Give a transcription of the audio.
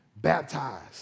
baptized